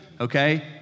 okay